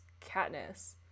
Katniss